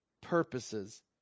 purposes